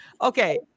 Okay